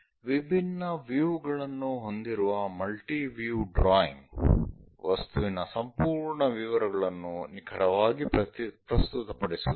ವಿಭಿನ್ನ ವ್ಯೂ ಗಳನ್ನು ಹೊಂದಿರುವ ಮಲ್ಟಿ ವ್ಯೂ ಡ್ರಾಯಿಂಗ್ ವಸ್ತುವಿನ ಸಂಪೂರ್ಣ ವಿವರಗಳನ್ನು ನಿಖರವಾಗಿ ಪ್ರಸ್ತುತಪಡಿಸುತ್ತದೆ